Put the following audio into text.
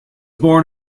born